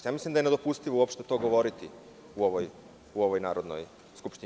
Mislim da je nedopustivo uopšte to govoriti u ovoj Narodnoj skupštini.